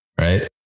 right